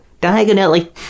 diagonally